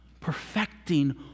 perfecting